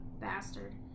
bastard